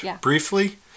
briefly